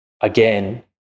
again